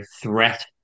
threat